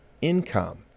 income